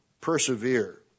persevere